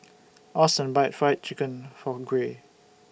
Auston bought Fried Chicken For Gray